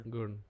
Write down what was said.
Good